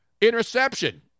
interception